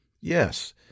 yes